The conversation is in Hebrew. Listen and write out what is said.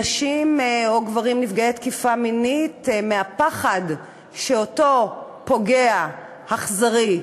נשים או גברים נפגעי תקיפה מינית פוחדים שאותו פוגע אכזרי,